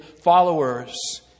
followers